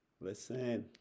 Listen